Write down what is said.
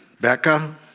Becca